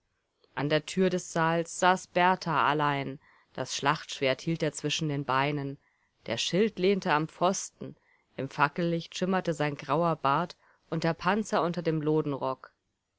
an der tür des saales saß berthar allein das schlachtschwert hielt er zwischen den beinen der schild lehnte am pfosten im fackellicht schimmerte sein grauer bart und der panzer unter dem